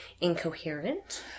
incoherent